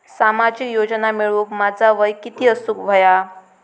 सामाजिक योजना मिळवूक माझा वय किती असूक व्हया?